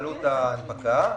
עלות ההנפקה,